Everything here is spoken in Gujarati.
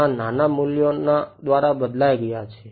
ના નાના મુલ્યોના દ્વારા બદલાય ગયા છે